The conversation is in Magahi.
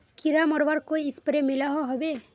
कीड़ा मरवार कोई स्प्रे मिलोहो होबे?